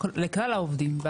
לכלל העובדים.